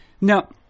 Now